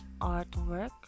artwork